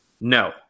No